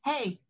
hey